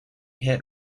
hit